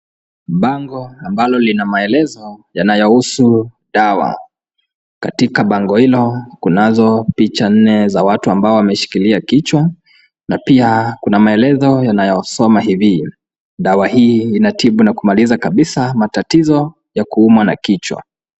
Bango ambalo lina maelezo yanayohusu dawa. Katika bango hilo kunazo picha nne za watu ambao wameshikilia kichwa na pia kuna maelezo yanayosoma hivi, dawa hii inatibu na kumaliza kabisa matatizo ya kuumwa na kichwa.